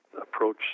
approach